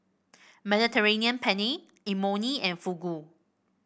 Mediterranean Penne Imoni and Fugu